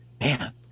man